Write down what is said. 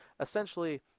essentially